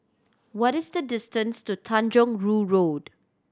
what is the distance to Tanjong Rhu Road